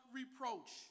reproach